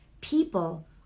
people